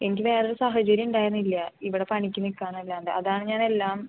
എനിക്ക് വേറെ ഒരു സാഹചര്യം ഉണ്ടായിരുന്നില്ല ഇവിടെ പണിക്ക് നിൽക്കാൻ അല്ലാണ്ട് അതാണ് ഞാൻ എല്ലാം